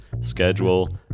schedule